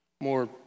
more